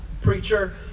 preacher